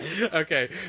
Okay